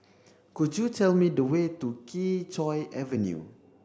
could you tell me the way to Kee Choe Avenue